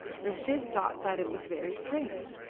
reshid thought that it was very strange.